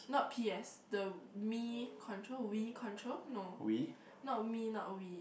not p_s the me control we control no not me not we